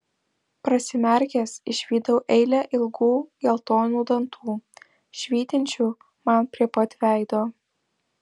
prasimerkęs išvydau eilę ilgų geltonų dantų švytinčių man prie pat veido